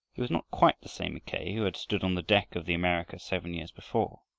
he was not quite the same mackay who had stood on the deck of the america seven years before.